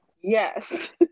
Yes